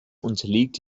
unterliegt